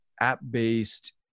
app-based